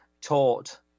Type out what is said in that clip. taught